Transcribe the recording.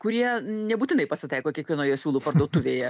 kurie nebūtinai pasitaiko kiekvienoje siūlų parduotuvėje